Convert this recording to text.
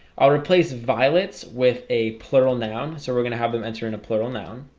i'll replace violets with a plural noun so we're gonna have them enter in a plural noun,